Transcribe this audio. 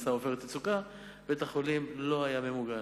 שבמבצע "עופרת יצוקה" בית-החולים לא היה ממוגן.